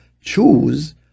choose